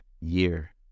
year